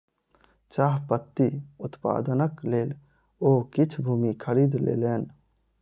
चाह पत्ती उत्पादनक लेल ओ किछ भूमि खरीद लेलैन